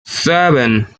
seven